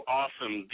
awesome